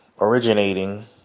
originating